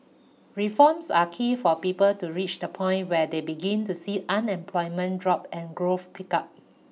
reforms are key for people to reach the point where they begin to see unemployment drop and growth pick up